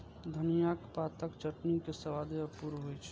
धनियाक पातक चटनी के स्वादे अपूर्व होइ छै